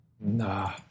Nah